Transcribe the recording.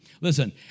listen